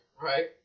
Right